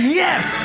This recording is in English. yes